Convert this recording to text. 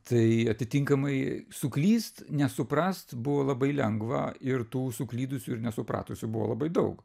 tai atitinkamai suklyst nesuprast buvo labai lengva ir tų suklydusių ir nesupratusių buvo labai daug